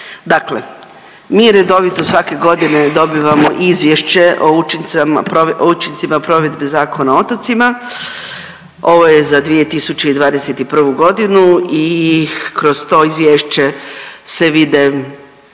Dakle, mi redovito svake godine dobivamo Izvješće o učincima provedbe Zakona o otocima ovo je za 2021.g. i kroz to izvješće se vide